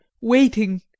waiting